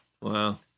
Wow